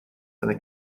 eine